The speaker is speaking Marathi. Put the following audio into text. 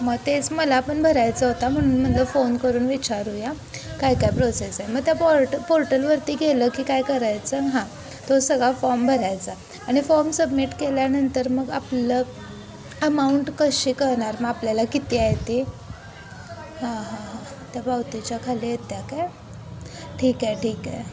मग तेच मला पण भरायचं होता म्हणून म्हणलं फोन करून विचारूया काय काय प्रोसेस आहे मग त्या पॉर्ट पोर्टलवरती गेलं की काय करायचं हां तो सगळा फॉर्म भरायचा आणि फॉर्म सबमिट केल्यानंतर मग आपलं अमाऊंट कशी कळणार मग आपल्याला किती आहे ते हां हां हां त्या पावतीच्या खाली येते आहे काय ठीक आहे ठीक आहे